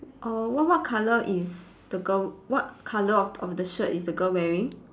err what what colour is the girl what colour of of the shirt is the girl wearing